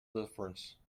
difference